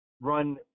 run